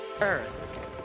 Earth